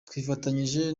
twifatanyije